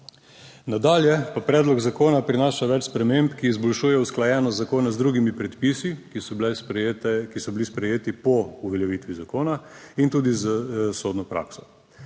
Nadalje pa predlog zakona prinaša več sprememb, ki izboljšujejo usklajenost zakona z drugimi predpisi, ki so bile sprejete, ki so bili sprejeti po uveljavitvi zakona in tudi s sodno prakso.